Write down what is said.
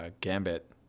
Gambit